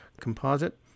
composite